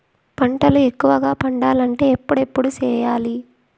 పంటల ఎక్కువగా పండాలంటే ఎప్పుడెప్పుడు సేయాలి?